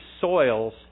soils